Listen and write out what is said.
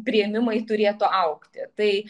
priėmimai turėtų augti tai